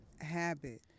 habit